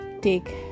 Take